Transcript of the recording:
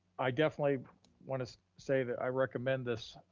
i definitely wanna say that i recommend this